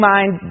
Mind